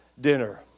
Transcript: dinner